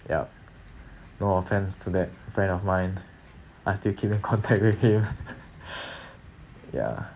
yup no offense to that friend of mine I still keep in contact with him ya